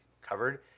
covered